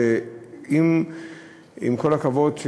עם כל הכבוד,